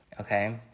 Okay